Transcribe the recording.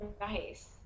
nice